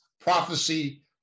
prophecy